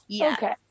Okay